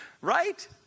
right